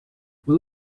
will